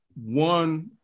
one